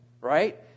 Right